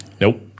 Nope